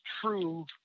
true